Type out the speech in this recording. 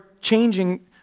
changing